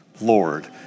Lord